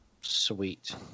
Sweet